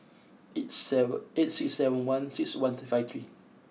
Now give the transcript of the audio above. eight seven eight six seven one six one five three